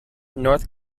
north